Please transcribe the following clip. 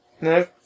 No